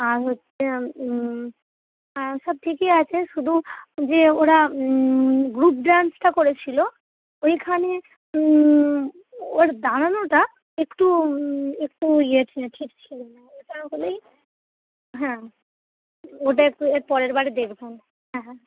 আর হচ্ছে আর সব ঠিকই আছে শুধু যে ওরা গ্রুপ ড্যান্সটা করেছিল ওইখানে ওর দাঁড়ানোটা একটু একটু ইয়ে ঠিক ছিল না ওটা হলেই হ্যাঁ ওটা একটু এর পরের বারে দেখবেন হ্যাঁ হ্যাঁ